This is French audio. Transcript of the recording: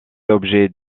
l’objet